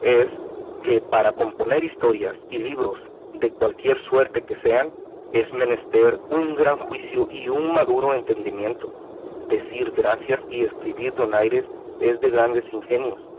es que para componer historias y libros de cualquier suerte que sean es menester un gran juicio y un maduro entendimiento decir gracias y escribir donaires es de grandes ingenios